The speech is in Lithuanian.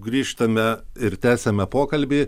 grįžtame ir tęsiame pokalbį